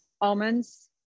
Almonds